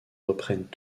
reprennent